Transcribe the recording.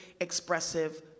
expressive